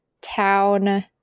town